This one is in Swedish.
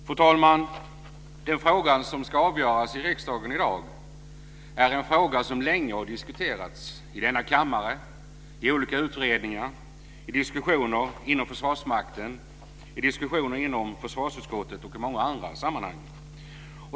Fru talman! Den fråga som ska avgöras i riksdagen i dag är en fråga som länge har diskuterats i denna kammare, i olika utredningar, i diskussioner inom Försvarsmakten, i diskussioner inom försvarsutskottet och i många andra sammanhang.